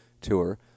Tour